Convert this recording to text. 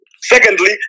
Secondly